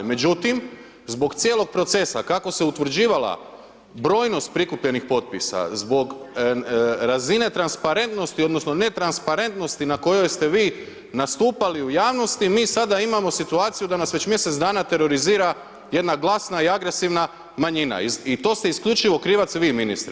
Međutim, zbog cijelog procesa kako se utvrđivala brojnost prikupljenih potpisa, zbog razine transparentnosti, odnosno, netransparentnosti, na kojoj ste vi nastupali u javnosti, mi sada imamo situaciju, da nas već mjesec dana terorizira jedna glasna i agresivna manjina i to ste isključivo krivac vi ministre.